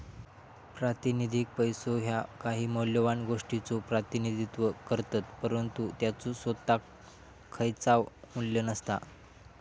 प्रातिनिधिक पैसो ह्या काही मौल्यवान गोष्टीचो प्रतिनिधित्व करतत, परंतु त्याचो सोताक खयचाव मू्ल्य नसता